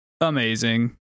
amazing